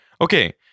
Okay